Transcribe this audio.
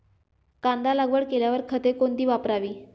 कांदा लागवड केल्यावर खते कोणती वापरावी?